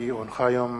כי הונחו היום